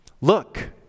Look